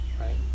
right